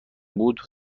بود